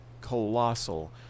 colossal